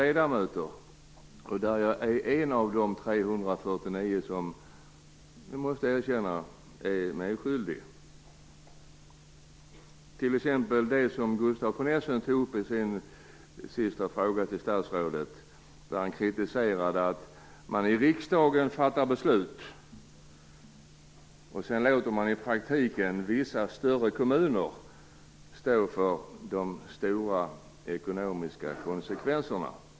Jag är själv en av de 349 och måste erkänna att jag är medskyldig. Gustaf von Essen kritiserade t.ex. i sin sista fråga till statsrådet att man i riksdagen fattar beslut men i praktiken låter vissa större kommuner står för de stora ekonomiska konsekvenserna.